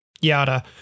yada